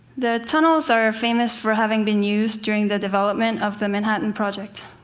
the tunnels are famous for having been used during the development of the manhattan project.